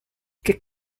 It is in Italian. che